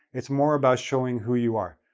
it's more about showing who you are.